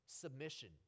submission